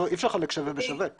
אי אפשר לחלק שווה ושווה.